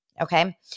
Okay